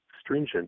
stringent